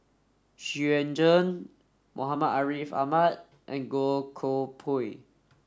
Xu Yuan Zhen Muhammad Ariff Ahmad and Goh Koh Pui